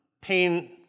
pain